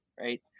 right